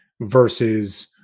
versus